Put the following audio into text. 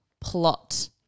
plot